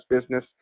business